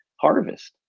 harvest